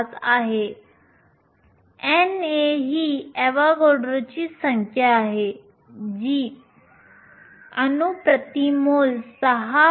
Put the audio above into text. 5 आहे NA ही ऍव्होगाड्रोची संख्या आहे जी अणू प्रति मोल 6